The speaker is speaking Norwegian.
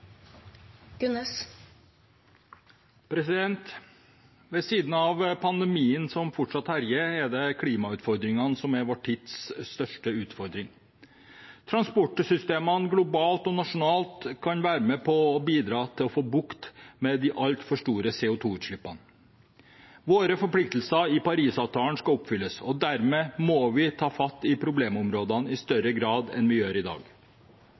vår tids største utfordring. Transportsystemene globalt og nasjonalt kan være med på å bidra til å få bukt med de altfor store CO 2 -utslippene. Våre forpliktelser i Parisavtalen skal oppfylles, og dermed må vi ta fatt i problemområdene i større grad enn vi gjør i dag.